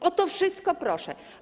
O to wszystko proszę.